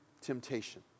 temptation